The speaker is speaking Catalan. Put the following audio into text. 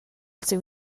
seu